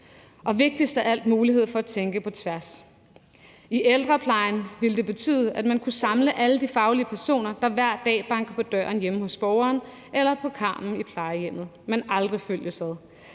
det give mulighed for at tænke på tværs. I ældreplejen ville det betyde, at man kunne samle alle de faglige personer, der hver dag banker på døren hjemme hos borgeren eller på dørkarmen i plejehjemmet, men aldrig følges